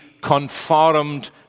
conformed